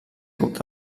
club